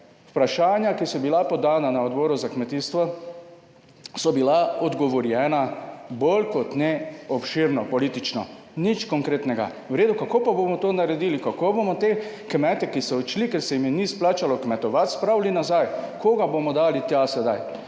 vprašanja, ki so bila podana na Odboru za kmetijstvo, so bila odgovorjena bolj kot ne obširno, politično, nič konkretnega. V redu, kako pa bomo to naredili? Kako bomo te kmete, ki so odšli, ker se jim ni splačalo kmetovati, spravili nazaj? Koga bomo dali tja sedaj?